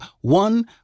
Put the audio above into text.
one